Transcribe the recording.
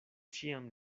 ĉiam